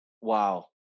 Wow